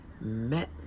met